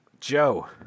Joe